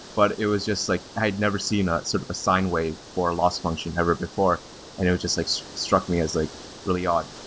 but it was just like i had never seen ah sort of a sine wave for a loss function ever before, and it just like struck me as like really odd.